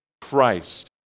Christ